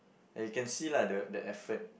you can see lah the the effort